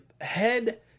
head